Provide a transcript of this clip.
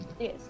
yes